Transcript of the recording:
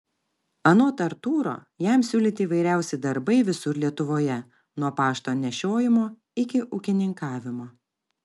anot artūro jam siūlyti įvairiausi darbai visur lietuvoje nuo pašto nešiojimo iki ūkininkavimo